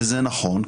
וזה נכון,